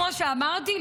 כמו שאמרתי,